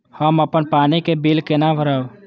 हम अपन पानी के बिल केना भरब?